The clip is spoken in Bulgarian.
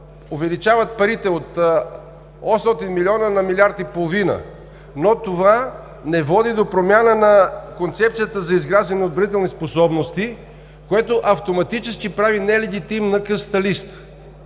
увеличават се парите от 800 млн. на милиард и половина, но това не води до промяна на Концепцията за изграждане на отбранителни способности, което автоматически прави нелегитимна късата листа,